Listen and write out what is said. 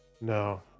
No